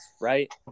right